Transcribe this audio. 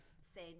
say